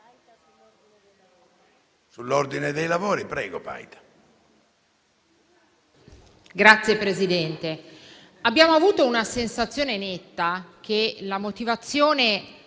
abbiamo avuto la sensazione netta che la motivazione